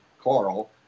Carl